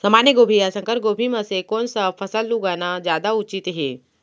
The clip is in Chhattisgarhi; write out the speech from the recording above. सामान्य गोभी या संकर गोभी म से कोन स फसल लगाना जादा उचित हे?